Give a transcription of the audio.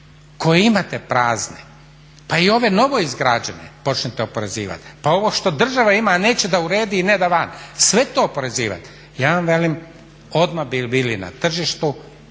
koje imate prazne pa i ove novoizgrađene počnete oporezivat pa ovo što država ima, a neće da uredi i neda van, sve to oporezivati, ja vam velim odmah bi bili na tržištu,